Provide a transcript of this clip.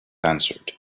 answered